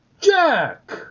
Jack